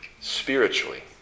spiritually